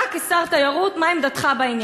אתה, כשר התיירות, מה עמדתך בעניין?